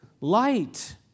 Light